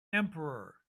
emperor